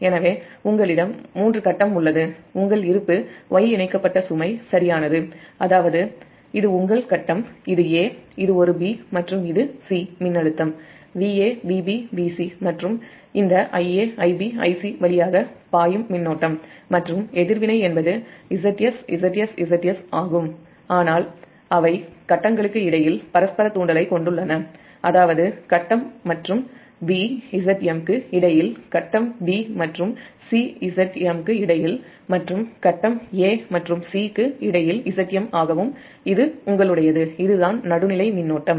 எனவே உங்களிடம் 3 கட்டம் உள்ளது உங்கள் இருப்பு Y இணைக்கப் பட்ட சுமை சரியானது அதாவது இது உங்கள் கட்டம் இது a இது ஒரு b மற்றும் இது c மின்னழுத்தம் Va Vb Vc மற்றும் இந்த Ia Ib Ic வழியாக பாயும் மின்னோட்டம் மற்றும் எதிர்வினை என்பது Zs Zs Zs ஆகும் ஆனால் அவை கட்டங்களுக்கு இடையில் பரஸ்பர தூண்டலைக் கொண்டுள்ளனஅதாவது கட்டம் மற்றும் a மற்றும் b Zm க்கு இடையில் கட்டம் b மற்றும் c Zm க்கு இடையில் மற்றும் கட்டம் a மற்றும் c க்கு இடையில் Zm ஆகவும் இது உங்களுடையது இதுதான் நடுநிலை மின்னோட்டம்